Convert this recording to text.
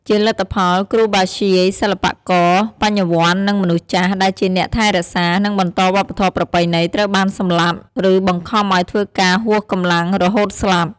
ជាលទ្ធផល គ្រូបាធ្យាយ សិល្បករ បញ្ញវន្ត និងមនុស្សចាស់ ដែលជាអ្នកថែរក្សា និងបន្តវប្បធម៌ប្រពៃណី ត្រូវបានសម្លាប់ ឬបង្ខំឱ្យធ្វើការហួសកម្លាំងរហូតស្លាប់។